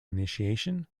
initiation